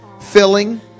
filling